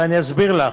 ואסביר לך.